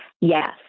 Yes